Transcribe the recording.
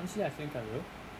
actually I think I will